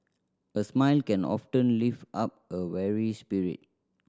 a smile can often lift up a weary spirit